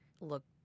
look